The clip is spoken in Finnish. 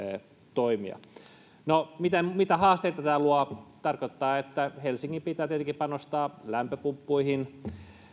toimia no mitä mitä haasteita tämä luo tämä tarkoittaa että helsingin pitää tietenkin panostaa lämpöpumppuihin